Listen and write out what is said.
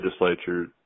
legislature